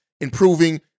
improving